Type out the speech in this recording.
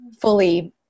fully